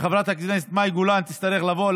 שחברת הכנסת מאי גולן תצטרך לבוא,